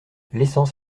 l’essence